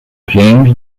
james